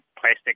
plastic